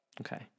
Okay